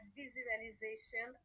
visualization